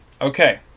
okay